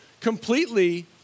completely